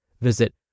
Visit